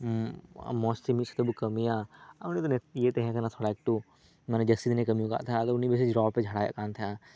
ᱢᱚᱸᱡᱽ ᱛᱮ ᱢᱤᱫ ᱥᱟᱶᱛᱮᱵᱚᱱ ᱠᱟᱹᱢᱤᱭᱟ ᱩᱱᱤ ᱫᱚ ᱤᱭᱟᱹᱭ ᱛᱟᱦᱮᱸ ᱠᱟᱱᱟ ᱥᱟᱞᱟ ᱮᱠᱴᱩ ᱟᱫᱚ ᱡᱟᱹᱥᱛᱤ ᱫᱤᱱᱮᱭ ᱠᱟᱹᱢᱤᱭ ᱟᱠᱟᱫ ᱛᱟᱦᱮᱱᱟ ᱟᱫᱚ ᱩᱱᱤ ᱵᱤᱥᱤ ᱰᱷᱚᱯᱮ ᱡᱷᱟᱲᱟᱣᱮᱫ ᱠᱟᱱ ᱛᱟᱦᱮᱸᱱᱟ